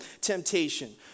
temptation